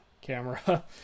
camera